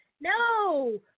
no